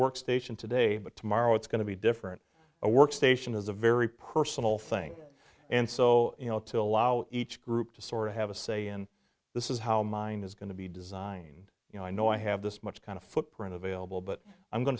workstation today but tomorrow it's going to be different a workstation is a very personal thing and so you know till out each group to sort of have a say in this is how mine is going to be designed you know i know i have this much kind of footprint available but i'm going